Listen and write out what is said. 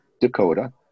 Dakota